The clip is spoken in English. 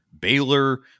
Baylor